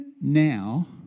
Now